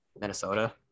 Minnesota